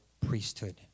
priesthood